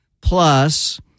plus